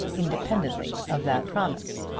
independently of that promise.